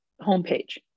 homepage